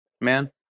man